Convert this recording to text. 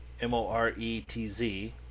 M-O-R-E-T-Z